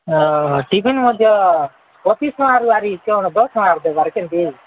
ହଁ ହଁ ଟିଫିନ୍ ମଧ୍ୟ ପଚିଶ ଟଙ୍କାରୁ ଆରି କ'ଣ ଦଶ ଟଙ୍କାରେ ଦେବାର କେମିତି